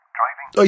driving